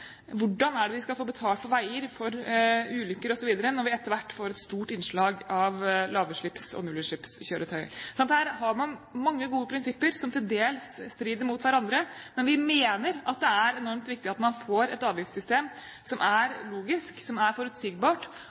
Hvordan er det vi skal få betalt for veier, for ulykker osv. når vi etter hvert får et stort innslag av lavutslipps- og nullutslippskjøretøyer? Her har man mange gode prinsipper som til dels strider mot hverandre, men vi mener at det er enormt viktig at man får et avgiftssystem som er logisk, som er forutsigbart,